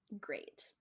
Great